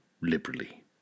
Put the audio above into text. liberally